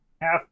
half